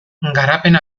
garapen